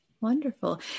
Wonderful